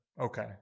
Okay